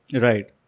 Right